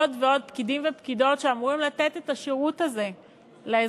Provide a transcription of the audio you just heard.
עוד ועוד פקידים ופקידות שאמורים לתת את השירות הזה לאזרחים.